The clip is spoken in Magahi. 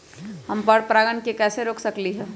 हम पर परागण के कैसे रोक सकली ह?